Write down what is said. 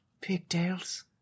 pigtails